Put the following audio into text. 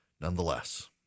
nonetheless